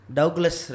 Douglas